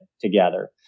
together